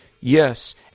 yes